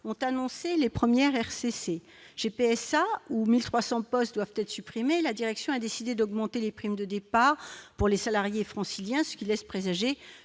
ont annoncé les premières RCC chez PSA où 1300 postes doivent être supprimés, la direction a décidé d'augmenter les primes de départ pour les salariés franciliens, ce qui laisse présager